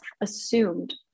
assumed